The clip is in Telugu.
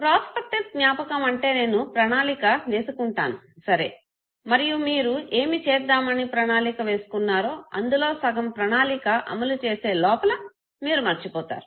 ప్రాస్పెక్టివ్ జ్ఞాపకం అంటే నేను ప్రణాళిక వేసుకుంటాను సరే మరియు మీరు ఏమి చేద్దామని ప్రణాళిక వేసుకున్నారో అందులో సగం ప్రణాళిక అమలు చేసే లోపల మీరు మర్చిపోతారు